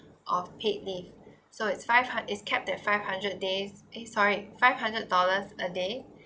of paid leave so it's five hund~ it's capped at five hundred days eh sorry five hundred dollars a day